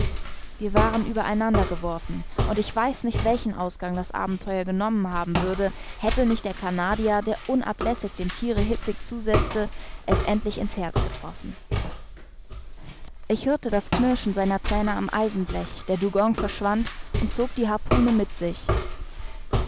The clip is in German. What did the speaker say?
wir waren über einander geworfen und ich weiß nicht welchen ausgang das abenteuer genommen haben würde hätte nicht der canadier der unablässig dem thiere hitzig zusetzte es endlich in's herz getroffen ich hörte das knirschen seiner zähne am eisenblech der dugong verschwand und zog die harpune mit sich